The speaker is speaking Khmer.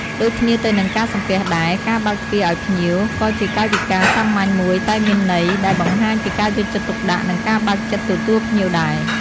ដូចគ្នាទៅនឹងការសំពះដែរ ការបើកទ្វារឲ្យភ្ញៀវ ក៏ជាកាយវិការសាមញ្ញមួយតែមានន័យ ដែលបង្ហាញពីការយកចិត្តទុកដាក់ និងការបើកចិត្តទទួលភ្ញៀវដែរ។